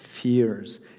fears